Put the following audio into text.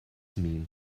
mean